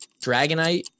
Dragonite